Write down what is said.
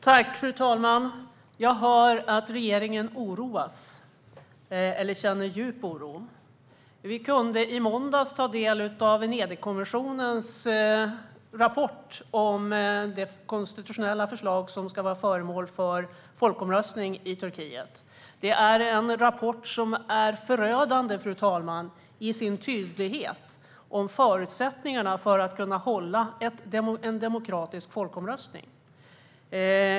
Fru talman! Jag hör att regeringen oroas eller känner djup oro. Vi kunde i måndags ta del av Venedigkommissionens rapport om det konstitutionella förslag som ska vara föremål för folkomröstning i Turkiet. Det är en förödande rapport i sin tydlighet om förutsättningarna för att kunna hålla en demokratisk folkomröstning.